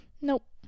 nope